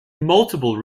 multiple